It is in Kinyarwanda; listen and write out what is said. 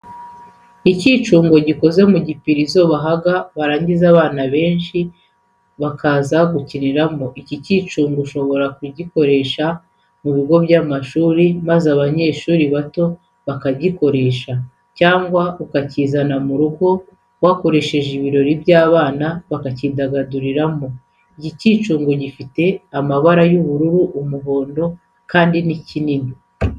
Ikicungo gikoze mu gipirizo bahaga barangiza abana benshi bakaza kugikiniramo. Iki kicungo ushobora kugikoresha ku bigo by'amashuri maze abanyeshuri batoya bakagikoresha cyangwa ukakizana mu rugo wakoresheje ibirori abana bakakidagaduriramo. Iki kicungo gifite amabara y'ubururu n'umuhondo kandi ni kinini.